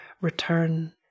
return